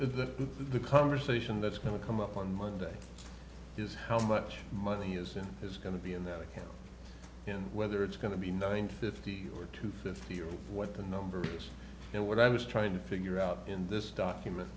of the the conversation that's going to come up on monday is how much money is is going to be in there and whether it's going to be nine fifty or two fifty or what the numbers you know what i was trying to figure out in this document